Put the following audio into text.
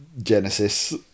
Genesis